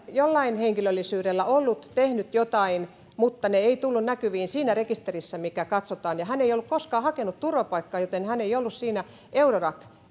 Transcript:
jollain henkilöllisyydellä tehnyt jotain mutta se ei tullut näkyviin siinä rekisterissä mitä katsotaan ja hän ei ollut koskaan hakenut turvapaikkaa joten hän ei ollut siinä eurodac